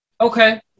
Okay